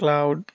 cloud